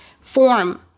form